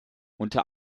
unter